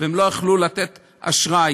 והם לא יכלו לתת אשראי,